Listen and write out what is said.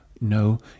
No